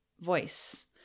voice